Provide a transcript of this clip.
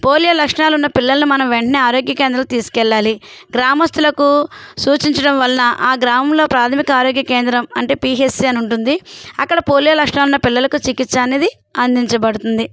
polio లక్షణాలున్న పిల్లలను మనం వెంటనే ఆరోగ్య కేంద్రం తీసుకెళ్ళాలి గ్రామస్తులకు సూచించడం వల్ల ఆ గ్రామంలో ప్రాథమిక ఆరోగ్య కేంద్రం అంటే పిహెచ్సి అని ఉంటుంది అక్కడ పోలియో లక్షణాలున్న పిల్లలకు చికిత్స అనేది అందించబడుతుంది